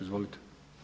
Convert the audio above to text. Izvolite.